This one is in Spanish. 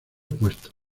puesto